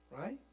Right